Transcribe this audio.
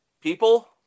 people